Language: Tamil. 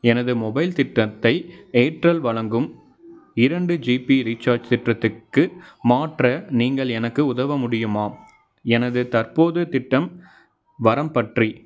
எனது மொபைல் திட்டத்தை ஏர்டெல் வழங்கும் இரண்டு ஜிபி ரீசார்ஜ் திட்டத்திற்கு மாற்ற நீங்கள் எனக்கு உதவ முடியுமா எனது தற்போது திட்டம் வரம்பற்றி